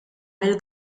mill